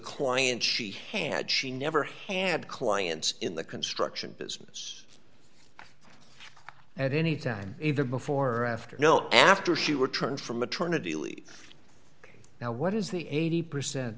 client she had she never had clients in the construction business at any time either before or after no after she returned from maternity leave ok now what is the eighty percent